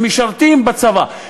שמשרתים בצבא.